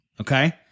Okay